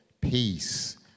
peace